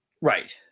Right